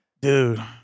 dude